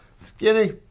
Skinny